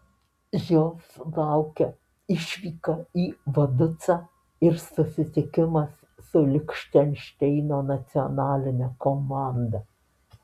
jos laukia išvyka į vaducą ir susitikimas su lichtenšteino nacionaline komanda